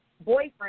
boyfriend